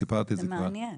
זה מעניין,